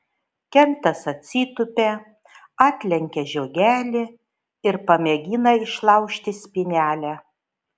kentas atsitūpia atlenkia žiogelį ir pamėgina išlaužti spynelę